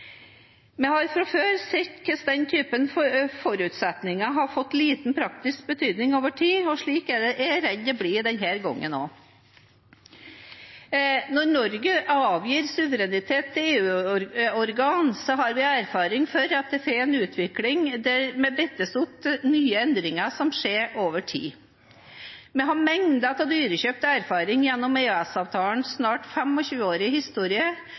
Vi har fra før sett hvordan denne typen forutsetninger har fått liten praktisk betydning over tid, og slik er jeg redd det blir denne gangen også. Når Norge avgir suverenitet til EU-organ, har vi erfaringer med at det blir en utvikling der vi bindes opp til nye endringer som skjer over tid. Vi har mengder av dyrekjøpt erfaring gjennom EØS-avtalens snart 25-årige historie